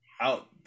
out